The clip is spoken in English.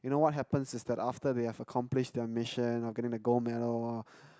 you know what happens is that after they have accomplished their mission or getting the gold medal uh